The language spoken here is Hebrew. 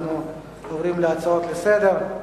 ועוברים להצעות לסדר-היום.